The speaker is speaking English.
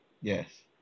Yes